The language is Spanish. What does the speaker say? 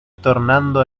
tornando